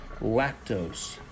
lactose